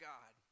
God